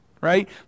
right